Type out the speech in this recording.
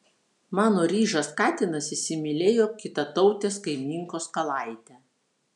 mano ryžas katinas įsimylėjo kitatautės kaimynkos kalaitę